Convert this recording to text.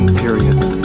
periods